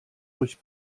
durch